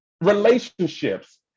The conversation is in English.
Relationships